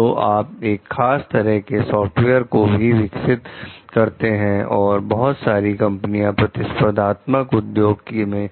तो आप एक खास तरह के सॉफ्टवेयर को ही विकसित करते हैं और बहुत सारी कंपनियां प्रतिस्पर्धात्मक उद्योग में